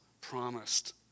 promised